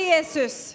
Jesus